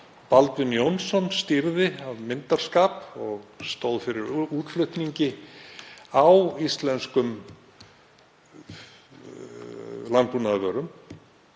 Baldvin Jónsson stýrði því af myndarskap og stóð fyrir útflutningi á íslenskum landbúnaðarvörum,